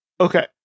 okay